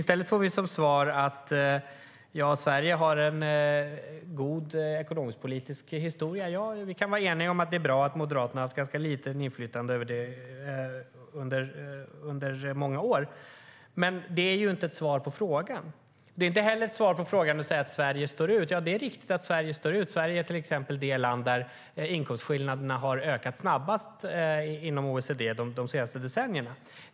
Som svar får vi att Sverige har en god ekonomisk-politisk historia. Ja, vi kan vara eniga om att det är bra att Moderaterna har haft ganska litet inflytande under många år, men det är inte ett svar på frågan. Det är inte heller ett svar på frågan att säga att Sverige står ut. Ja, det är riktigt att Sverige står ut. Sverige är till exempel det land där inkomstskillnaderna har ökat snabbast inom OECD de senaste decennierna.